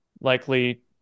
likely